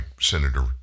senator